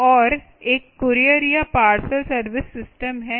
और एक कोरियर या पार्सल सर्विस सिस्टम है